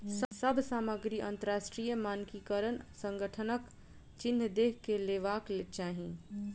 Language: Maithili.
सभ सामग्री अंतरराष्ट्रीय मानकीकरण संगठनक चिन्ह देख के लेवाक चाही